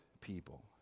people